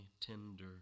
tender